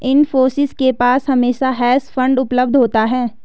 इन्फोसिस के पास हमेशा हेज फंड उपलब्ध होता है